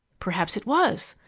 perhaps it was.